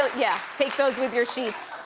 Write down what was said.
yeah, take those with your sheets.